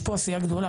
יש פה עשייה גדולה,